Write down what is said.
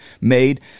made